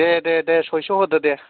दे दे दे सयस' होदो दे